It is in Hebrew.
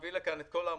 מביא לכאן את כל העמותות.